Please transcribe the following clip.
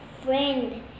friend